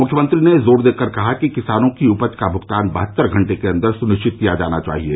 मुख्यमंत्री ने जोर देकर कहा कि किसानों की उपज का भूगतान बहत्तर घंटे के अन्दर सुनिश्चित किया जाना चाहिये